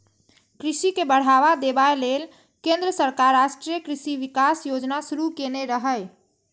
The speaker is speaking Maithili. कृषि के बढ़ावा देबा लेल केंद्र सरकार राष्ट्रीय कृषि विकास योजना शुरू केने रहै